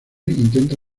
intenta